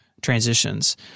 transitions